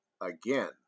again